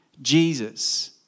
Jesus